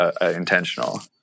intentional